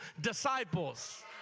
disciples